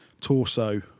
torso